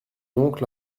oncle